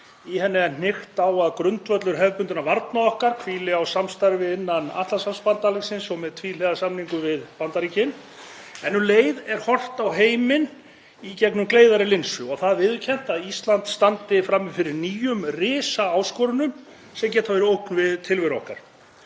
Í henni er hnykkt á að grundvöllur hefðbundinna varna okkar hvíli á samstarfi innan Atlantshafsbandalagsins og með tvíhliða samningum við Bandaríkin en um leið er horft á heiminn í gegnum gleiðari linsu og það viðurkennt að Ísland standi frammi fyrir nýjum risaáskorunum sem geta verið ógn við tilveru okkar.